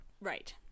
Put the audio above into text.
Right